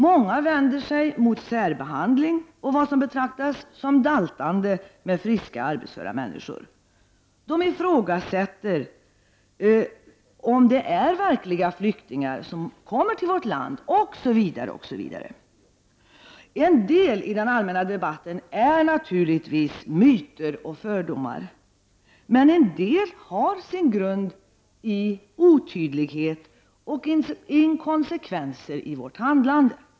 Många vänder sig mot särbehandling och vad som betraktas som ”daltande” med friska arbetsföra människor. De ifrågasätter om det är verkliga flyktingar som kommer till vårt land. En del av det som sägs i den allmänna debatten är naturligtvis myter och fördomar, men en del har sin grund i otydlighet och inkonsekvenser i vårt handlande.